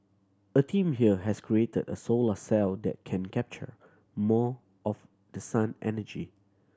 a team here has created a solar cell that can capture more of the sun energy